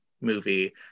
movie